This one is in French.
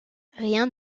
rien